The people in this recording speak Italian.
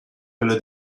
quello